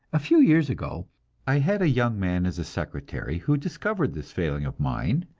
a few years ago i had a young man as secretary who discovered this failing of mine,